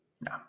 No